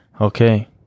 Okay